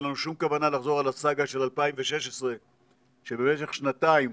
אין לנו שום כוונה לחזור על הסאגה של 2016 שבמשך שנתיים